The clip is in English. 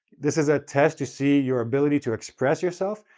this is a test to see your ability to express yourself,